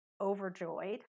overjoyed